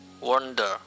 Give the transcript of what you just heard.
Wonder